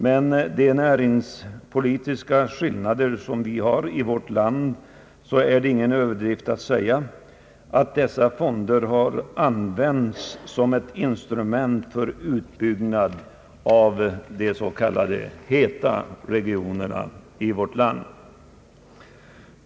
Med de näringspolitiska skillnader som vi har i vårt land är det ingen överdrift att säga att dessa fonder har använts som ett instrument för utbyggnad av de s.k. heta regionernas näringsliv.